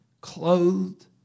clothed